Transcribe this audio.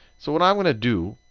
so what i want to do,